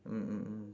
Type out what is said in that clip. mm mm mm